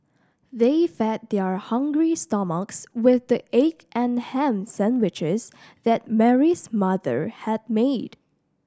they fed their hungry stomachs with the egg and ham sandwiches that Mary's mother had made